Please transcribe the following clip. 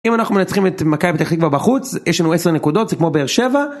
אם אנחנו מנצחים את מכבי פתח תקווה בחוץ, יש לנו עשר נקודות, זה כמו באר שבע.